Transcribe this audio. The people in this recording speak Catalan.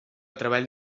treball